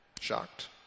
shocked